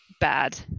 bad